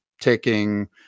taking